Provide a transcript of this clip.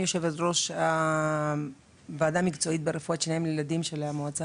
אני יושבת-ראש הוועדה המקצועית ברפואת שיניים לילדים במועצה